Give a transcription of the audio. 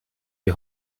die